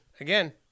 Again